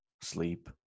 sleep